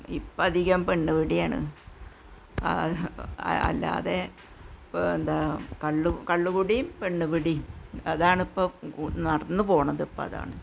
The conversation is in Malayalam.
ഇപ്പം അധികം പെണ്ണ് പിടിയാണ് അല്ലാതെ ഇപ്പോൾ എന്താണ് കള്ള് കള്ള് കിടിയും പെണ്ണ് പിടിയും അതാണ് ഇപ്പോൾ നടന്ന് പോകുന്നത് ഇപ്പം അതാണ്